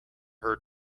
her